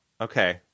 Okay